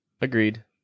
Agreed